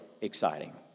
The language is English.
exciting